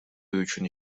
үчүн